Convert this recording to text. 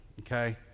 okay